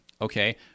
Okay